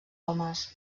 homes